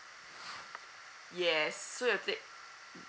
yes so you'll take